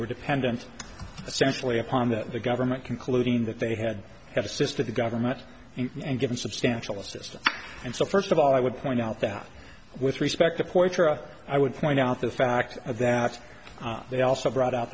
were dependent essentially upon that the government concluding that they had have assisted the government and given substantial assistance and so first of all i would point out that with respect to portrush i would point out the fact that they also brought out